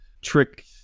trick